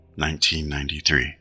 1993